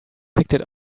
picked